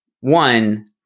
one